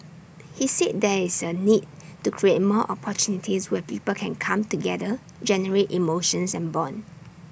he said there is A need to create more opportunities where people can come together generate emotions and Bond